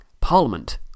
Parliament